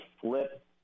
flip